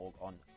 on